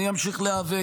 אני אמשיך להיאבק.